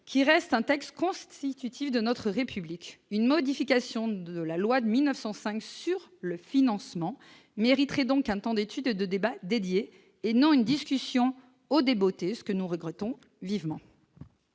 qui reste un texte constitutif de notre République une modification de la loi de 1905 sur le financement mériterait donc un temps d'études et de débats dédiés et non une discussion au débotté, ce que nous regrettons vivement.